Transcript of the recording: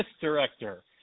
director